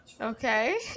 okay